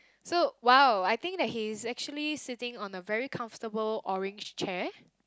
so !wow! I think that he is actually sitting on a very comfortable orange chair